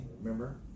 Remember